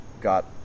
got